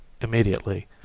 immediately